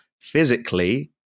physically